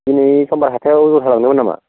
दिनै समबार हाथायाव जुथा लांदोंमोन नामा